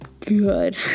good